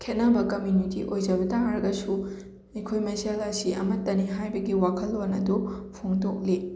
ꯈꯦꯠꯅꯕ ꯀꯝꯃ꯭ꯌꯨꯅꯤꯇꯤ ꯑꯣꯏꯖꯕ ꯇꯥꯔꯒꯁꯨ ꯑꯩꯈꯣꯏ ꯃꯁꯦꯜ ꯑꯁꯤ ꯑꯃꯠꯇꯅꯤ ꯍꯥꯏꯕꯒꯤ ꯋꯥꯈꯜꯂꯣꯟ ꯑꯗꯨ ꯐꯣꯡꯗꯣꯛꯂꯤ